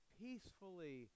peacefully